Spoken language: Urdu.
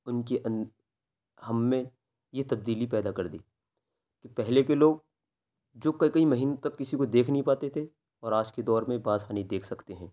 ان کے ان ہم میں یہ تبدیلی پیدا کر دی کہ پہلے کے لوگ جو کئی کئی مہینوں تک کسی کو دیکھ نہیں پاتے تھے اور آج کے دور میں بآسانی دیکھ سکتے ہیں